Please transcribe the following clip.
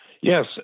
Yes